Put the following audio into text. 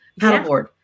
paddleboard